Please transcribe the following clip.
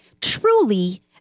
truly